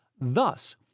Thus